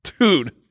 Dude